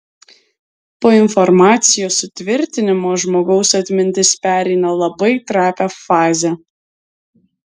po informacijos sutvirtinimo žmogaus atmintis pereina labai trapią fazę